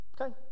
Okay